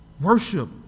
Worship